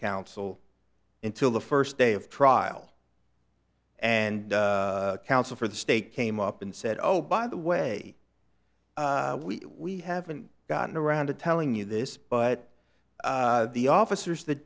counsel until the first day of trial and counsel for the state came up and said oh by the way we we haven't gotten around to telling you this but the officers th